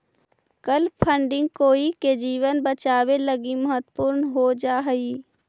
कल फंडिंग कोई के जीवन बचावे लगी महत्वपूर्ण हो जा हई